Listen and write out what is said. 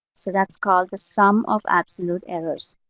so that's called the sum of absolute errors.